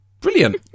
brilliant